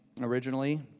originally